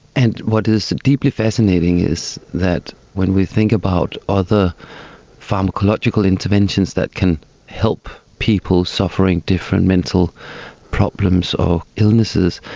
and what is deeply fascinating is that when we think about other pharmacological interventions that can help people suffering different different mental problems or illnesses,